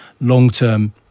long-term